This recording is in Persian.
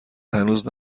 هنوز